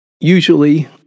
Usually